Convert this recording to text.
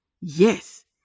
Yes